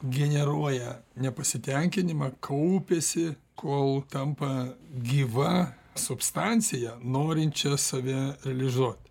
generuoja nepasitenkinimą kaupiasi kol tampa gyva substancija norinčia save realizuot